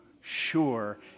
sure